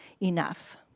enough